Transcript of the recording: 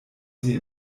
sie